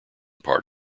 part